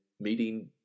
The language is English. meeting